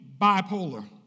bipolar